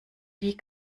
die